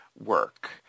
work